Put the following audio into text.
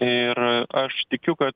ir aš tikiu kad